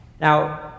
Now